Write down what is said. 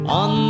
on